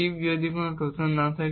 chip যদি কোন Trojan না থাকে